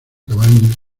cabaña